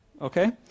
okay